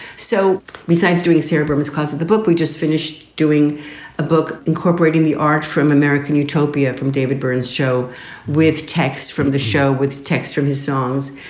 so besides doing sarah abrams cause of the book, we just finished doing a book incorporating the art from american utopia, from david byrne's show with text, from the show with text, from his songs.